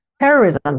terrorism